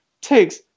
takes